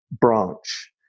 branch